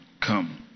Come